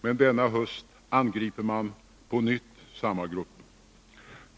Men denna höst angriper man på nytt samma grupper.